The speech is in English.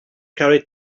carried